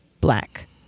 black